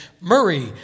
Murray